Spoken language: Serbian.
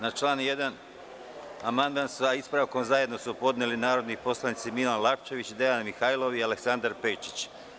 Na član 1. amandman sa ispravkom zajedno su podneli narodni poslanici Milan Lapčević, Dejan Mihajlov i Aleksandar Pejčić.